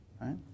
right